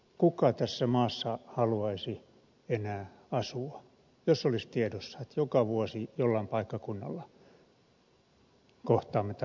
kuka tässä maassa haluaisi enää asua jos olisi tiedossa että joka vuosi jollain paikkakunnalla kohtaamme tällaisen katastrofin